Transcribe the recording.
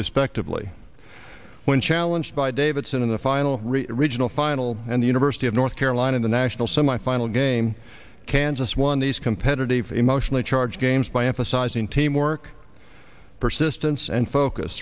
respectively when challenged by davidson in the final regional final and the university of north carolina in the national semifinal game kansas won these competitive emotionally charged games by emphasizing teamwork persistence and focus